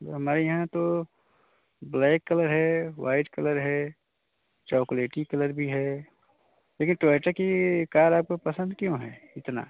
हमारे यहाँ तो ब्लैक कलर है वाइट कलर है चॉकलेटी कलर भी है लेकिन टोयटा की कार आपको पसंद क्यों है इतना